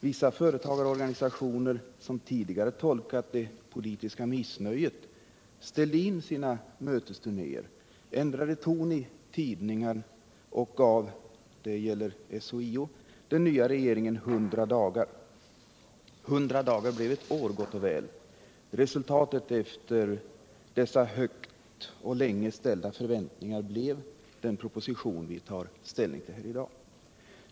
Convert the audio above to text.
Vissa företagarorganisationer, som tidigare tolkat det politiska missnöjet, ställde in sina mötesturnéer, ändrade ton i sina tidningar och gav — det gäller SHIO — den nya regeringen 100 dagar. Dessa 100 dagar blev gott och väl ett år. Resultatet efter dessa högt och länge ställda förväntningar blev den proposition vi tar ställning till i dag.